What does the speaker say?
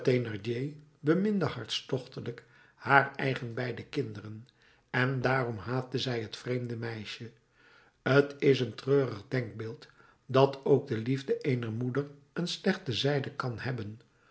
thénardier beminde hartstochtelijk haar eigen beide kinderen en daarom haatte zij het vreemde meisje t is een treurig denkbeeld dat ook de liefde eener moeder een slechte zijde kan hebben